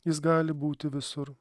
jis gali būti visur